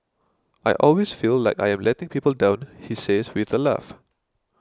I always feel like I am letting people down he says with a laugh